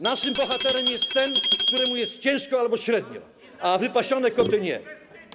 Naszym bohaterem jest ten, któremu jest ciężko albo średnio, a wypasione koty nie.